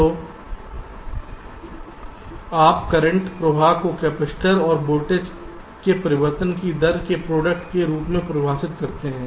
तो आप करंट प्रवाह को कपैसिटर और वोल्टेज के परिवर्तन की दर के प्रोडक्ट रूप में परिभाषित कर सकते हैं